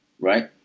right